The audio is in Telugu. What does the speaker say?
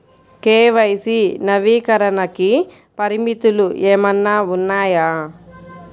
కే.వై.సి నవీకరణకి పరిమితులు ఏమన్నా ఉన్నాయా?